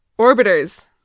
orbiters